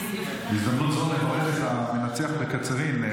בהזדמנות זו נברך את המנצח בקצרין,